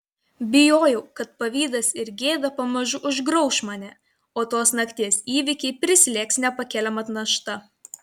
bijojau kad pavydas ir gėda pamažu užgrauš mane o tos nakties įvykiai prislėgs nepakeliama našta